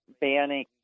banning